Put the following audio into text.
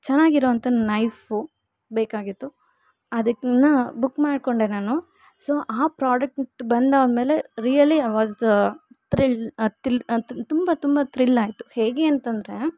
ಚೆನ್ನಾಗಿರೊಂಥ knife ಬೇಕಾಗಿತ್ತು ಅದಕ್ಕೆ book ಮಾಡಿಕೊಂಡೆ ನಾನು ಸೊ ಆ ಪ್ರೋಡಕ್ಟ್ ಬಂದಾದಮೇಲೆ ರಿಯಲಿ ಅವಾಜ್ದ್ ತ್ರಿಲ್ ತುಂಬ ತುಂಬ ತ್ರಿಲ್ ಆಯಿತು ಹೇಗೆ ಅಂತಂದರೆ